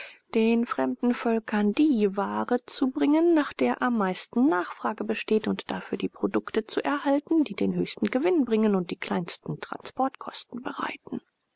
den fremden völkern die ware zu bringen nach der am meisten nachfrage besteht und dafür die produkte zu erhalten die den höchsten gewinn bringen und die kleinsten transportkosten bereiten